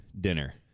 dinner